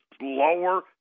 lower